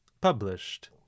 published